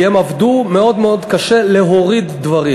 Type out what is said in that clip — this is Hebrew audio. כי הם עבדו מאוד קשה להוריד דברים.